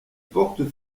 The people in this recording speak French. portes